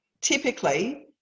typically